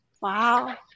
Wow